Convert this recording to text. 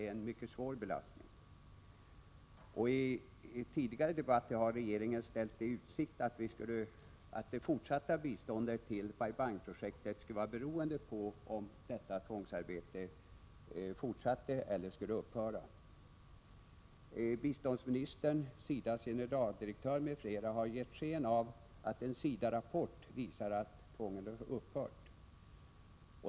I en tidigare debatt har regeringen ställt i utsikt att det fortsatta biståndet till Bai Bang-projektet skulle vara beroende på om tvångsarbetet fortsatte eller upphörde. Biståndsministern, SIDA:s generaldirektör m.fl. har gett sken av att en SIDA-rapport visar att tvångsarbetet upphört.